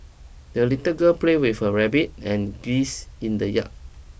the little girl played with her rabbit and geese in the yard